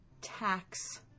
tax